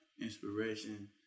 Inspiration